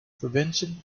prevention